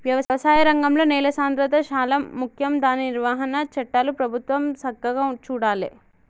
వ్యవసాయ రంగంలో నేల సాంద్రత శాలా ముఖ్యం దాని నిర్వహణ చట్టాలు ప్రభుత్వం సక్కగా చూడాలే